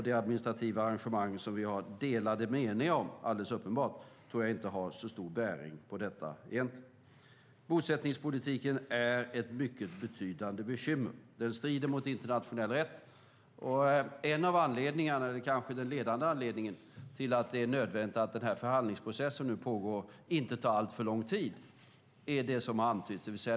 De administrativa arrangemang som vi alldeles uppenbart har delade meningar om tror jag egentligen inte har så stor bäring på detta. Bosättningspolitiken är ett mycket betydande bekymmer. Den strider mot internationell rätt. Den kanske ledande anledningen till att det är nödvändigt att den förhandlingsprocessen som nu pågår inte tar alltför lång tid är det som antytts.